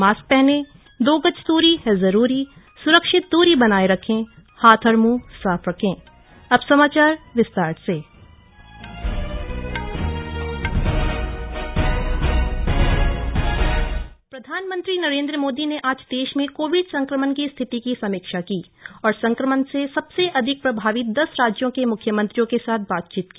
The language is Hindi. मास्क पहनें दो गज दूरी है जरूरी सुरक्षित दूरी बनाये रखें हाथ और मुंह साफ रखें प्रधानमंत्री समीक्षा प्रधानमंत्री नरेन्द्र मोदी ने आज देश में कोविड संक्रमण की स्थिति की समीक्षा की और संक्रमण से सबसे अधिक प्रभावित दस राज्यों के मुख्यमंत्रियों के साथ बातचीत की